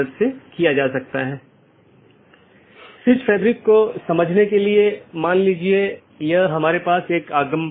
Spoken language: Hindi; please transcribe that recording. जो हम चर्चा कर रहे थे कि हमारे पास कई BGP राउटर हैं